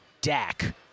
Dak